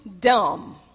dumb